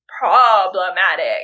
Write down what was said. problematic